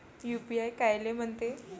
UPI कायले म्हनते?